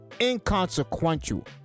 inconsequential